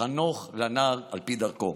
"חנך לנער על פי דרכו".